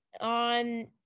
on